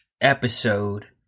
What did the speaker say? episode